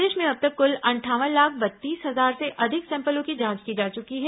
प्रदेश में अब तक कुल अंठावन लाख बत्तीस हजार से अधिक सैंपलों की जांच की जा चुकी है